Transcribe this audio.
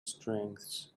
strengths